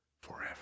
forever